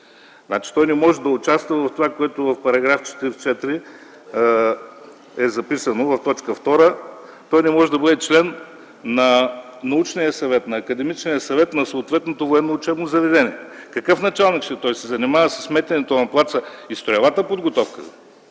Той не може да участва в това, което пише в § 44, т. 2, не може да бъде член на научния съвет, на академичния съвет на съответното учебно заведение. Какъв началник ще бъде той? Ще се занимава с метенето на плаца и строевата подготовка